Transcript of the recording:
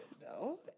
no